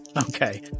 Okay